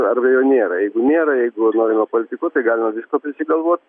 arba jo nėra jeigu nėra jeigu norima politikuot tai galima visko prisigalvot